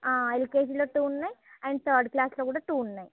ఎల్కేజిలో two ఉన్నాయి and third క్లాస్లో కూడా టూ ఉన్నాయి